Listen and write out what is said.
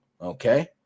okay